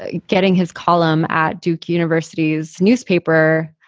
ah getting his column at duke university's newspaper,